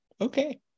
okay